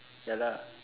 ya lah